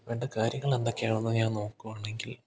കാര്യങ്ങളെന്തൊക്കെയാണെന്ന് ഞാൻ നോക്കുകയാണെങ്കിൽ